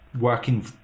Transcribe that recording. working